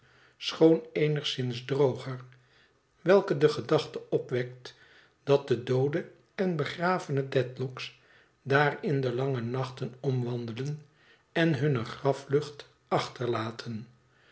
schoon eenigszins droger welke de gedachte opwekt dat de doode en begravene dedlock's daar in de lange nachten omwandelen en hunne graflucht achterlaten